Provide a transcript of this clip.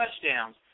touchdowns